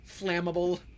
flammable